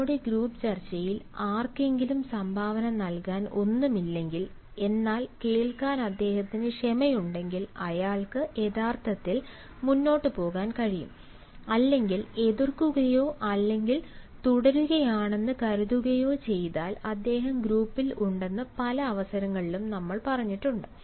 നമ്മുടെ ഗ്രൂപ്പ് ചർച്ചയിൽ ആർക്കെങ്കിലും സംഭാവന നൽകാൻ ഒന്നുമില്ലെങ്കിൽ എന്നാൽ കേൾക്കാൻ അദ്ദേഹത്തിന് ക്ഷമയുണ്ടെങ്കിൽ അയാൾക്ക് യഥാർത്ഥത്തിൽ മുന്നോട്ട് പോകാൻ കഴിയും അല്ലെങ്കിൽ എതിർക്കുകയോ അല്ലെങ്കിൽ തുടരുകയാണെന്ന് കരുതുകയോ ചെയ്താൽ അദ്ദേഹം ഗ്രൂപ്പിൽ ഉണ്ടെന്ന് പല അവസരങ്ങളിലും നമ്മൾ പറഞ്ഞിട്ടുണ്ട്